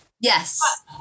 yes